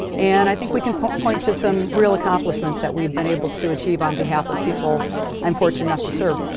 and i think we can point point to some real accomplishments that we've been able to achieve, on behalf of people i'm fortunate enough to serve.